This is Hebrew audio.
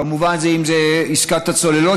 כמובן זו עסקת הצוללות,